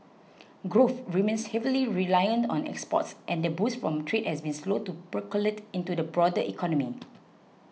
growth remains heavily reliant on exports and the boost from trade has been slow to percolate into the broader economy